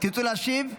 תרצו להשיב?